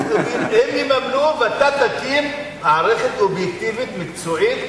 הם יממנו ואתה תקים מערכת אובייקטיבית, מקצועית,